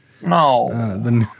No